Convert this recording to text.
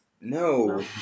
No